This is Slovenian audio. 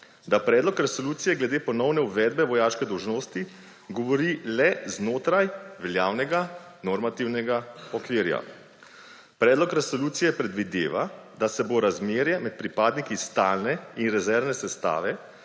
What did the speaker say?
da predlog resolucije glede ponovne uvedbe vojaške dolžnosti govori le znotraj veljavnega normativnega okvirja. Predlog resolucije predvideva, da se bo razmerje med pripadniki stalne in rezervne sestave